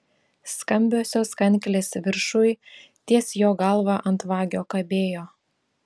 skambiosios kanklės viršuj ties jo galva ant vagio kabėjo